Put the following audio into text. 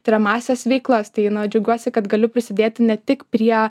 tiriamąsias veiklas tai džiaugiuosi kad galiu prisidėti ne tik prie